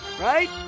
right